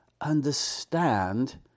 understand